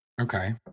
Okay